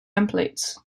templates